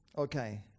Okay